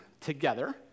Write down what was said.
together